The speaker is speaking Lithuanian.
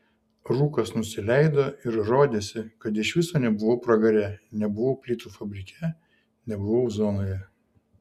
rūkas nusileido ir rodėsi kad iš viso nebuvau pragare nebuvau plytų fabrike nebuvau zonoje